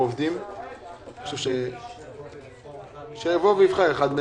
רציתי להתייחס לנושא של